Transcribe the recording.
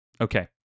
Okay